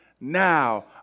now